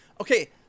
Okay